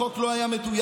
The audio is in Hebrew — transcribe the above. החוק לא היה מדויק,